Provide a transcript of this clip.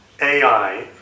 AI